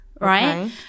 right